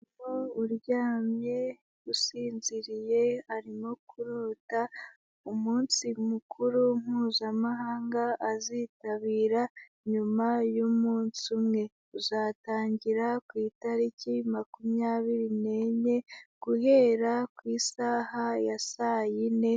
Umukobwa uryamye usinziriye arimo kurota umunsi mukuru mpuzamahanga azitabira nyuma y'umunsi umwe, tuzatangira ku itariki makumyabiri n'enye guhera ku isaha ya saa yine